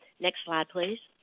next slide please.